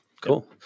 Cool